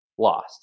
lost